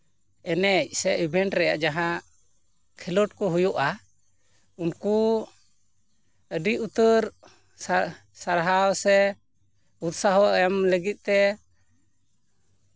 ᱮᱱᱮᱡ ᱥᱮ ᱤᱵᱷᱮᱱᱴ ᱨᱮᱭᱟᱜ ᱡᱟᱦᱟᱸ ᱠᱷᱮᱸᱞᱳᱰ ᱠᱚ ᱦᱩᱭᱩᱜᱼᱟ ᱩᱱᱠᱩ ᱟᱹᱰᱤ ᱩᱛᱟᱹᱨ ᱥᱟᱨ ᱥᱟᱨᱦᱟᱣ ᱥᱮ ᱩᱛᱥᱟᱦᱚ ᱮᱢ ᱞᱟᱹᱜᱤᱫ ᱛᱮ